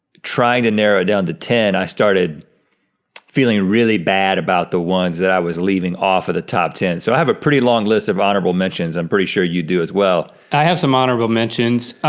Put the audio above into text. trying to narrow down to ten i started feeling really bad about the ones that i was leaving off at the top ten. so i have a pretty long list of honorable mentions. i'm pretty sure you do as well. i have some honorable mentions.